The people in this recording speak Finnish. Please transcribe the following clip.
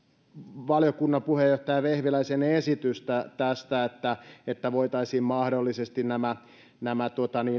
valiokunnan puheenjohtaja vehviläisen esitystä että voitaisiin mahdollisesti nämä nämä